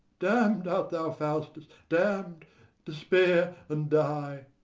damn'd art thou, faustus, damn'd despair and die!